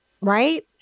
right